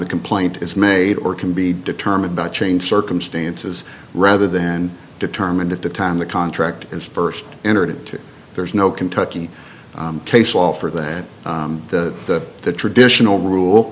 the complaint is made or can be determined by change circumstances rather then determined at the time the contract is first entered to there's no kentucky case law for that that the the traditional rule